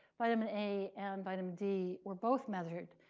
vitamin a and vitamin d were both measured.